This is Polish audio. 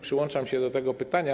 Przyłączam się co do tego pytania.